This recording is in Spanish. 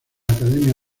academia